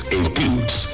includes